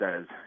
says